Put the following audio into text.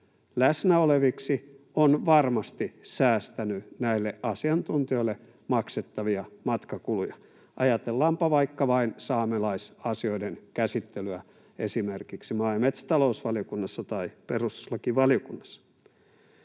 läsnä oleviksi, on varmasti säästänyt näille asiantuntijoille maksettavia matkakuluja — ajatellaanpa vaikka vain saamelaisasioiden käsittelyä esimerkiksi maa- ja metsätalousvaliokunnassa tai perustuslakivaliokunnassa.